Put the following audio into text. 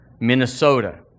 Minnesota